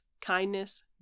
kindness